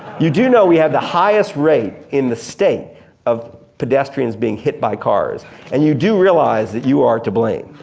you do know we have the highest rate in the state of pedestrians being hit by cars and you do realize that you are to blame.